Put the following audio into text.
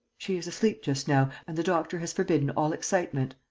she is asleep just now. and the doctor has forbidden all excitement.